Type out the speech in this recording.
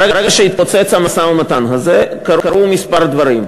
ברגע שהתפוצץ המשא-ומתן הזה, קרו כמה דברים.